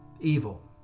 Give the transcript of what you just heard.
evil